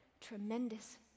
tremendous